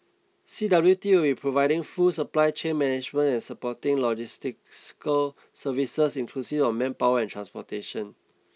C W T will be providing full supply chain management and supporting logistical services inclusive of manpower and transportation